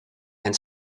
and